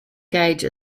gauge